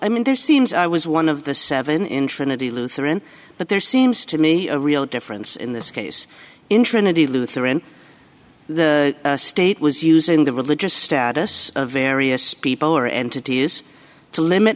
i mean there seems i was one of the seven in trinity lutheran but there seems to me a real difference in this case in trinidad lutheran the state was using the religious status of various people or entities to limit